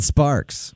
Sparks